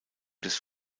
des